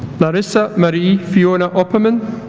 larissa marie fiona oppermann